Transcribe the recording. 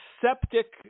septic